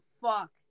fuck